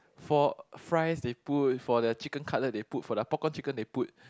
for fries they put for their chicken cutlet they put for their popcorn chicken they put